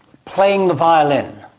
playing the violin,